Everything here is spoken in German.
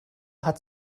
hat